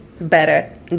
better